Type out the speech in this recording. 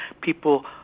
people